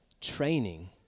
training